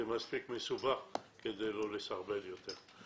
זה מספיק מסובך כדי לא לסרבל יותר.